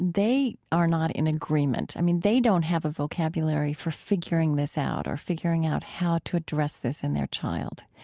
they are not in agreement. i mean, they don't have a vocabulary for figuring this out or figuring out how to address this in their child.